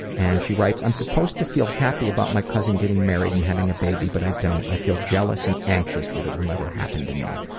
and she writes i'm supposed to feel happy about my cousin getting married and having a baby but i don't. i feel jealous and anxious that it will never happen to me.